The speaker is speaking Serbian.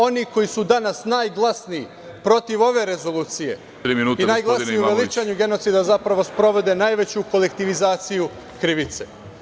Oni koji su danas najglasniji protiv ove rezolucije i najglasnije veličanju genocida sprovode najveću kolektivizaciju krivice.